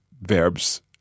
verbs